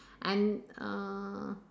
and uh